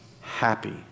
happy